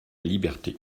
liberté